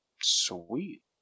Sweet